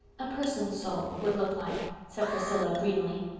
a person's soul. would look like, said priscilla dreamily.